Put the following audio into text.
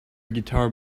guitar